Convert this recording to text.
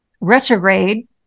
retrograde